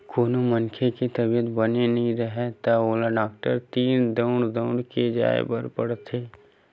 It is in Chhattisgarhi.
कोनो मनखे के तबीयत बने नइ राहय त ओला डॉक्टर तीर दउड़ दउड़ के जाय बर पड़थे